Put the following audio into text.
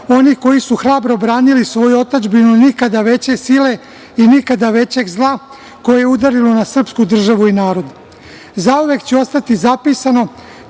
oni koji su hrabro branili svoju otadžbinu i nikada veće sile i nikada većeg zla koji je udarilo na srpsku državu i narod. Zauvek će ostati zapisano